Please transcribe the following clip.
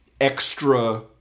extra